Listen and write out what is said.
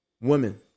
Women